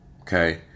Okay